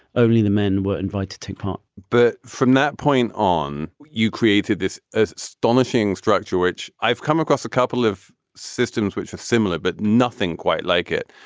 only the men were invited to take part but from that point on, you created this astonishing structure, which i've come across a couple of systems which are similar, but nothing quite like it,